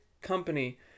company